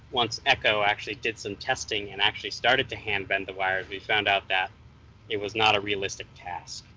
once ecco actually did some testing and actually started to hand bend the wires, we found out that it was not a realistic task.